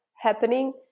happening